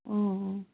অ